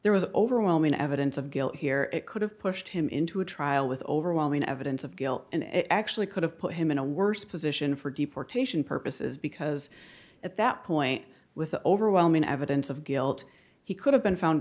there was overwhelming evidence of guilt here it could have pushed him into a trial with overwhelming evidence of guilt and it actually could have put him in a worse position for deportation purposes because at that point with the overwhelming evidence of guilt he could have been found